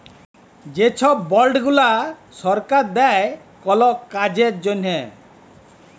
যে ছব বল্ড গুলা সরকার দেই কল কাজের জ্যনহে